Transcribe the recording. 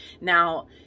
Now